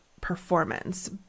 performance